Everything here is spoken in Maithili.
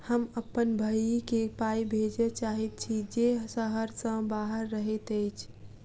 हम अप्पन भयई केँ पाई भेजे चाहइत छि जे सहर सँ बाहर रहइत अछि